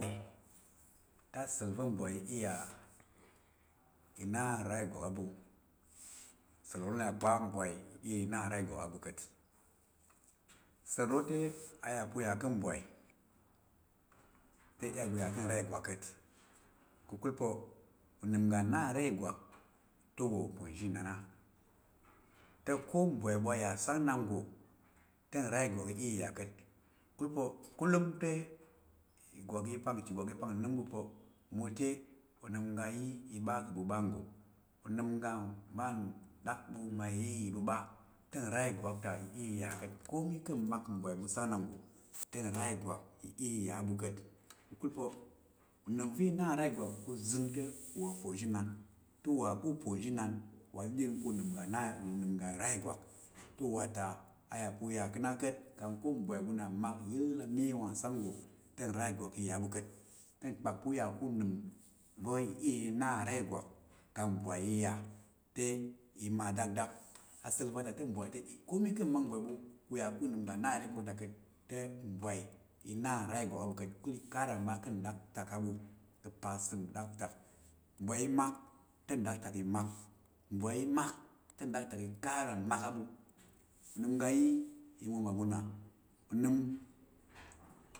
Te asa̱l va̱ mbwai iya ina nra ìgwak. Asa̱l ro na ya kpa mbwai ina nra ìgwak á ɓu ka̱t. Ka̱ asa̱l ro te a ya pa̱ u ya ka̱ mbwai te ɓu ya ka̱ nra igwak ka̱t ka̱kul pa̱ unəm ga na nra igwak te uwa uponzhi inan a. Te ko mbwai ɓu a ya sang ɗak nggo te nra ìgwak iya i ya ka̱t ka̱kul pa̱ kulum te ichigwak i pang nə́m ɓu pa̱ mote onəm oga ayi i ɓa ka̱ ɓu ɓa nggo, onəm ga nyi dak u mo iya i ɓa nggo te nra igwak ta iya i ya ka̱. Ko mi ka̱ mak mbwai ɓu sang ɗak nggo te nra ìgwak iya iya ɓu ka̱t. Ka̱kul pa̱ unəm va̱ ina nra ìgwak pa̱ uzəng te uwa uponzhinan. Te uwa kpa uponzhinan wa adədin pa̱ unəm uga nra ìgwak, ka̱kul pa̱ a yà pa̱ u ya ka̱ na ka̱t ka̱ a yà pa̱ ko mbwai ɓu na amak yəl a mye wa nsang nggo te nra ìgwak i ya á ɓu ka̱t. Te nkpak pa̱ u ya ka̱ unəm va̱ i iya i na nra ìgwak ka̱ mbwai iya te i ma dakdak. Asa̱l vata "komi" ka̱ mak mbwaai ɓu ka̱ uya ku nəm ga na nra ìgwak ta ka̱t te i ya ka̱ na nra ìgwak a ɓu ka̱t ka̱kul iya ka̱ "kara" n ɓa ka̱ ɗaktak á ɓu. Mbwai i mak te nɗaktak i mak. Mbwai i mak te nɗaktak i kara mmak á ɓu, onəm ga yi imwa mmaɓu na onəm.